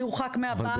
יורחק מהבית.